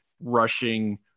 rushing